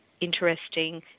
interesting